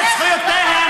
אתה רוצה,